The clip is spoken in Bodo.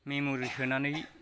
मेम'रि सोनानै